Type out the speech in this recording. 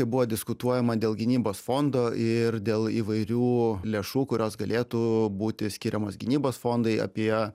buvo diskutuojama dėl gynybos fondo ir dėl įvairių lėšų kurios galėtų būti skiriamos gynybos fondai apie